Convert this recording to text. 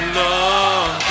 love